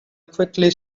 quickly